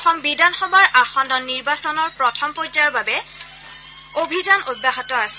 অসম বিধানসভাৰ আসন্ন নিৰ্বাচনৰ প্ৰথম পৰ্যায়ৰ বাবে প্ৰচাৰ অভিযান অব্যাহত আছে